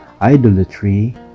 idolatry